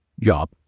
job